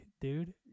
dude